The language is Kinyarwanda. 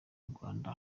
rwanda